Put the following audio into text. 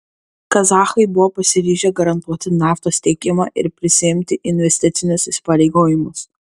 kazachai buvo pasiryžę garantuoti naftos tiekimą ir prisiimti investicinius įsipareigojimus